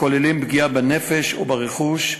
הכוללים פגיעה בנפש וברכוש,